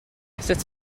sut